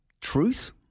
Truth